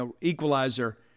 equalizer